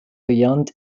beyond